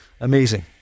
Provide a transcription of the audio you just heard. Amazing